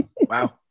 Wow